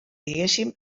diguéssim